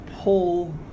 Pull